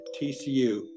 TCU